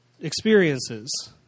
experiences